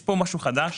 יש פה משהו חדש,